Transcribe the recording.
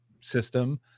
system